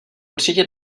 určitě